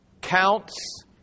counts